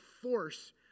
force